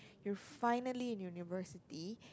you're finally in your university